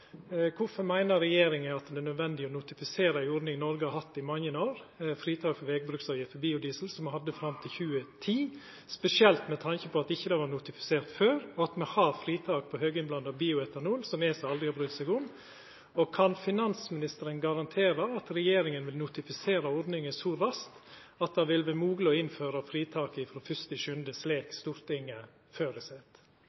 meiner regjeringa det er nødvendig å notifisera ei ordning Noreg har hatt i mange år, fritak frå vegbruksavgift for biodiesel, som me hadde fram til 2010, spesielt med tanke på at det ikkje var notifisert før, og at me har fritak på høginnblanda bioetanol som ESA aldri har brydd seg om? Og kan finansministeren garantera at regjeringa vil notifisera ordninga så raskt at det vil vera mogleg å innføra fritaket